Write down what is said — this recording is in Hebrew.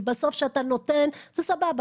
כי בסוף, כשאתה נותן, זה סבבה.